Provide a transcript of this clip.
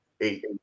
Eight